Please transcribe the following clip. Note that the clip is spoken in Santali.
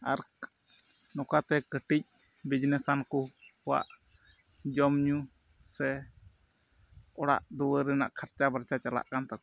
ᱟᱨ ᱱᱚᱝᱠᱟᱛᱮ ᱠᱟᱹᱴᱤᱡ ᱵᱤᱡᱽᱱᱮᱥᱟᱱ ᱠᱚ ᱠᱚᱣᱟᱜ ᱡᱚᱢ ᱧᱩ ᱥᱮ ᱚᱲᱟᱜ ᱫᱩᱣᱟᱹᱨ ᱨᱮᱱᱟᱜ ᱠᱷᱚᱨᱪᱟ ᱵᱟᱨᱪᱟ ᱪᱟᱞᱟᱜ ᱠᱟᱱ ᱛᱟᱠᱚᱣᱟ